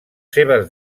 seves